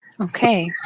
Okay